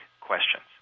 questions